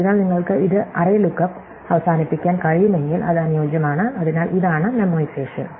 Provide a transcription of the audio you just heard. അതിനാൽ നിങ്ങൾക്ക് ഇത് അറേ ലുക്ക് അപ്പ് അവസാനിപ്പിക്കാൻ കഴിയുമെങ്കിൽ അത് അനുയോജ്യമാണ് അതിനാൽ ഇതാണ് മേമോയിസേഷൻ